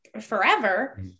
forever